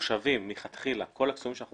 מחושבים מלכתחילה כל הכספים שאנחנו